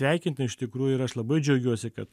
sveikintina iš tikrųjų ir aš labai džiaugiuosi kad